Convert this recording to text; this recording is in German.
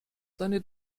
seine